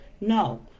No